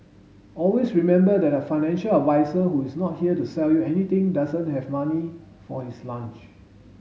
always remember that a financial advisor who is not here to sell you anything doesn't have money for his lunch